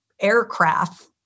aircraft